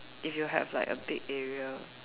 if you have like a big area